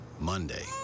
Monday